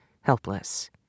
helpless